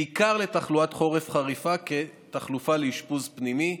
בעיקר לתחלואת חורף חריפה, כחלופה לאשפוז פנימי.